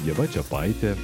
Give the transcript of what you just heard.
ieva čiapaitė